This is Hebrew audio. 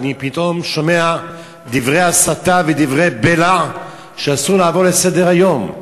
ואני פתאום שומע דברי הסתה ודברי בלע שאסור לעבור עליהם לסדר-היום.